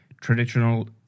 traditional